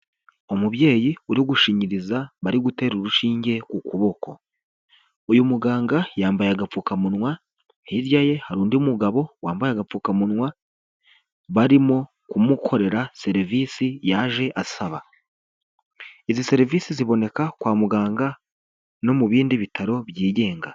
Umubyeyi uri gushinyiriza bari gutera urushinge ku kuboko. Uyu muganga yambaye agapfukamunwa hirya ye hari undi mugabo wambaye agapfukamunwa barimo kumukorera serivisi yaje asaba. Izi serivisi ziboneka kwa muganga no mu bindi bitaro byigenga.